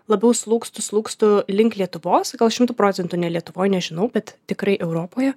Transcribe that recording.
labiau slūgstu slūgstu link lietuvos gal šimtu procentų ne lietuvoj nežinau bet tikrai europoje